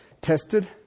tested